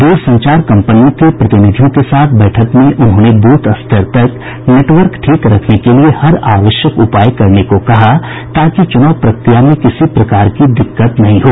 दूरसंचार कंपनियों के प्रतिनिधियों के साथ बैठक में उन्होंने बूथ स्तर तक नेटवर्क ठीक रखने के लिए हर आवश्यक उपाय करने को कहा ताकि चुनाव प्रक्रिया में किसी प्रकार की दिक्कत नहीं हो